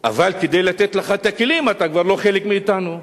אבל כדי לתת לך את הכלים אתה כבר לא חלק מאתנו.